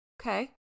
Okay